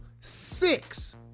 six